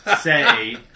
say